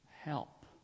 help